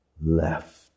left